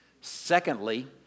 Secondly